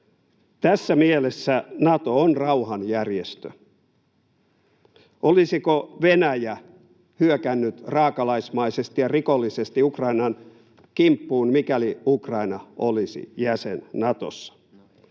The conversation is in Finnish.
Tässä mielessä Nato on rauhanjärjestö. Olisiko Venäjä hyökännyt raakalaismaisesti ja rikollisesti Ukrainan kimppuun, mikäli Ukraina olisi jäsen Natossa?